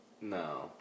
No